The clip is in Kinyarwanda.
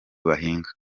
bahinga